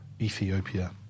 Ethiopia